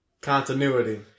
continuity